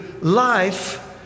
life